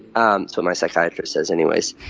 um what my psychiatrist says, anyway.